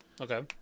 Okay